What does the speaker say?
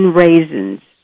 raisins